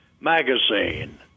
Magazine